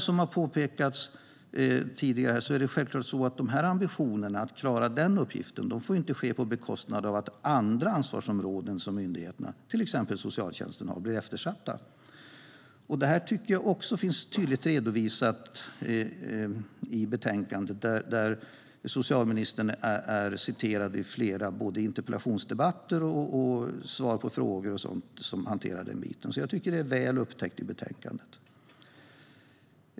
Som påpekats tidigare får självklart inte ambitionen att klara denna uppgift ske på bekostnad av att andra ansvarsområden som myndigheterna har, till exempel socialtjänsten, blir eftersatta. Det finns tydligt redovisat i betänkandet med citat av flera av socialministerns interpellationssvar och svar på frågor.